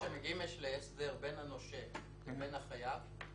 כשמגיעים להסדר בין הנושה לבין החייב,